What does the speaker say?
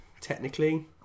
technically